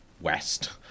west